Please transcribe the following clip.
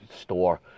store